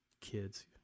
kids